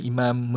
Imam